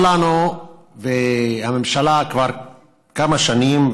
הממשלה כבר כמה שנים,